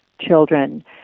children